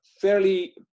fairly